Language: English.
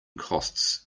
costs